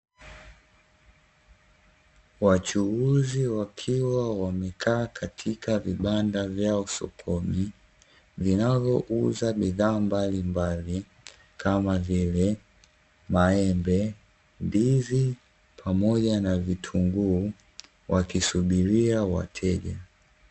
Wachunguzi wakiwa wamekaa katika vibanda vyao sokoni, vinavyo uza bidhaa mbalimbali kama vile maembe, ndizi pamoja na vitunguu, wakisubiria wateja.